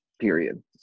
period